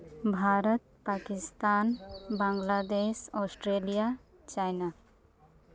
Bharat Pakistan Bangladesh Australia China